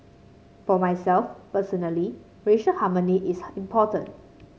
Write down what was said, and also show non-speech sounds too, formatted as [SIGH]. for myself personally racial harmony is [UNINTELLIGIBLE] important